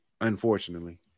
Unfortunately